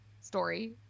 story